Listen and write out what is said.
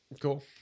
cool